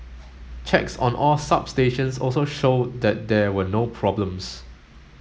checks on all substations also showed that there were no problems